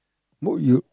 would you